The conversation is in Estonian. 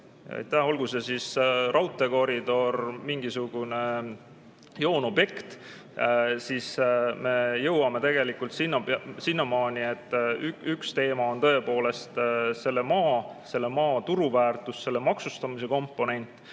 olgu see raudteekoridor, mingisugune joonobjekt – me jõuame sinnamaani, et üks teema on tõepoolest selle maa turuväärtus, selle maksustamise komponent,